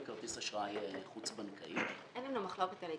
בכרטיס אשראי חוץ בנקאי --- אין לנו מחלוקת על העיקרון.